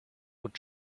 would